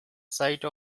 site